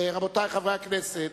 רבותי חברי הכנסת.